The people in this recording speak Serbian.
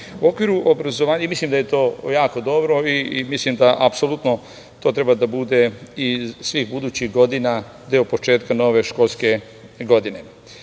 u okviru obrazovanja, i mislim da je to jako dobro i mislim da apsolutno to treba da bude i svih budućih godina deo početka nove školske godine. Deo